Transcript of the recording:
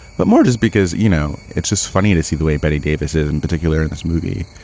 but more just because, you know, it's just funny to see the way betty davis is in particular in this movie.